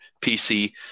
PC